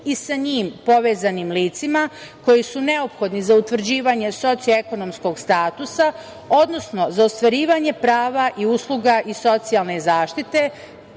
i sa njim povezanim licima koji su neophodni za utvrđivanje socio-ekonomskog statusa, odnosno za ostvarivanje prava i usluga iz socijalne zaštite,